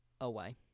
away